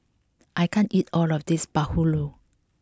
I can't eat all of this Bahulu